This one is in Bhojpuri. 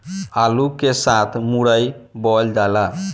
आलू के साथ मुरई बोअल जाला